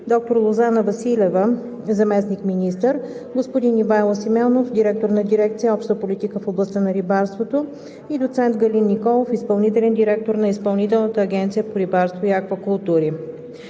доктор Лозана Василева – заместник-министър, господин Ивайло Симеонов – директор на дирекция „Обща политика в областта на рибарството“, доцент Галин Николов – изпълнителен директор на Изпълнителна агенция по рибарство и аквакултури.